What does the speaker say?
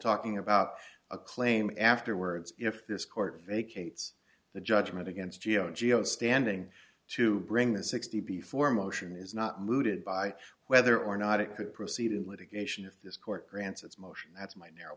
talking about a claim afterwards if this court vacates the judgment against g o g zero standing to bring the sixty before motion is not mooted by whether or not it could proceed in litigation if this court grants its motion that's my narrow